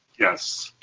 yes.